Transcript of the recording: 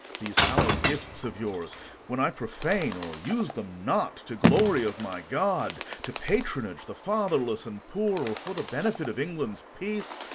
these hallowed gifts of yours when i profane, or use them not to glory of my god, to patronage the fatherless and poor, or for the benefit of england's peace,